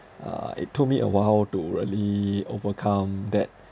uh it took me a while to really overcome that